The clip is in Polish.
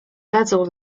dadzą